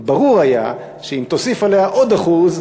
ברור היה שאם תוסיף עליה עוד 1%,